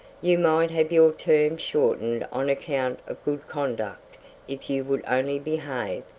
you might have your term shortened on account of good conduct if you would only behave,